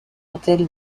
autel